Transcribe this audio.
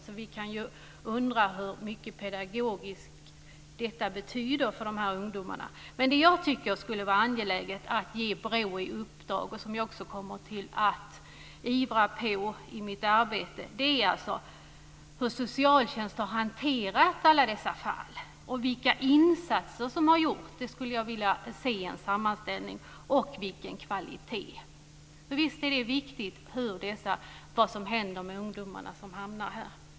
Så man kan ju undra hur mycket detta betyder pedagogiskt för dessa ungdomar. Men jag tycker att det skulle vara angeläget att ge BRÅ i uppdrag, vilket jag kommer att ivra på i mitt arbete, att se över hur socialtjänsten har hanterat alla dessa fall, vilka insatser som har gjorts och vilken kvalitet det har varit. Jag skulle vilja se en sammanställning över detta. För visst är det viktigt vad som händer med de ungdomar som hamnar här.